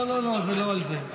לא, זה לא על זה.